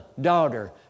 daughter